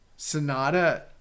Sonata